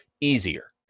easier